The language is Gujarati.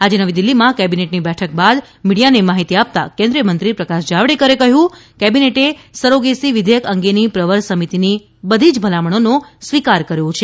આજે નવી દીલ્લીમાં કેબિનેટની બેઠક બાદ મિડિયાને માહીતી આપતા કેન્દ્રિયમંત્રી પ્રકાશ જાવડેકરે કહ્યું કે કેબિનેટે સરોગેસી વિઘેયક અંગેની પ્રવર સમિતિની બધી જ ભલામણોનો સ્વીકાર કર્યો છે